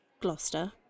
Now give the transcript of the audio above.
Gloucester